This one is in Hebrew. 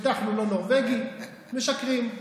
הבטחנו לא נורבגי, משקרים.